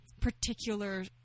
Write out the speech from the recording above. particular